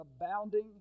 abounding